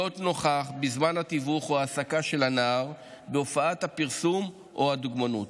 נוכח בזמן התיווך או ההעסקה של הנער בהופעת הפרסום או הדוגמנות,